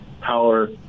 power